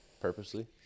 purposely